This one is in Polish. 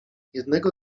jednego